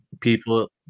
people